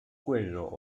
cuello